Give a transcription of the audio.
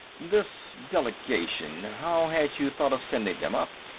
this delegation how had you thought of sending them up?